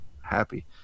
happy